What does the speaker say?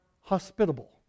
hospitable